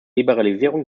liberalisierung